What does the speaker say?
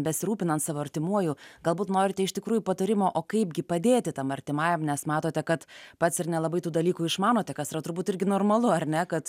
besirūpinant savo artimuoju galbūt norite iš tikrųjų patarimo o kaipgi padėti tam artimajam nes matote kad pats ir nelabai tų dalykų išmanote kas yra turbūt irgi normalu ar ne kad